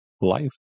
Life